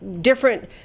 different